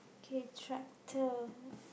K tractor